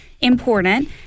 important